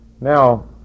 Now